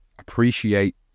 appreciate